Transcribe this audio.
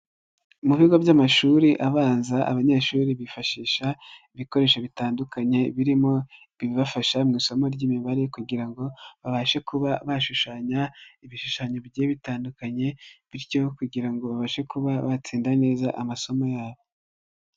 Mu bigo by'amashuri abanza, abanyeshuri bifashisha ibikoresho bitandukanye, birimo ibibafasha mu isomo ry'imibare kugira ngo babashe kuba bashushanya, ibishushanyo bigiye bitandukanye bityo kugira ngo babashe kuba batsinda neza amasomo yabo.